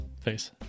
face